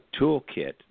toolkit